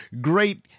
great